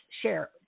share